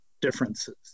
differences